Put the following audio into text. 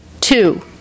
two